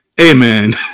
Amen